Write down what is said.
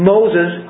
Moses